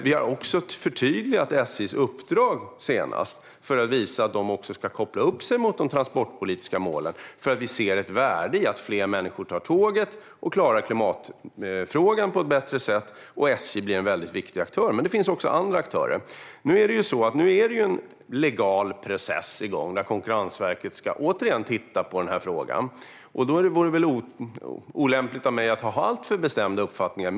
Vi har också förtydligat SJ:s uppdrag att koppla upp sig mot de transportpolitiska målen, eftersom vi ser ett värde i att fler människor tar tåget och att vi därmed klarar klimatfrågan på ett bättre sätt. Där blir SJ en väldigt viktig aktör, men det finns också andra aktörer. Nu är en legal process igång där Konkurrensverket återigen ska titta på den här frågan. Då vore det väl olämpligt av mig att ha alltför bestämda uppfattningar.